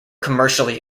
commercially